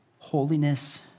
holiness